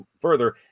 further